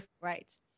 Right